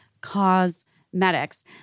Cosmetics